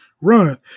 run